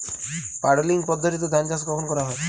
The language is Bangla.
পাডলিং পদ্ধতিতে ধান চাষ কখন করা হয়?